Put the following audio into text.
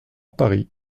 paris